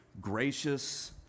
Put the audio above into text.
gracious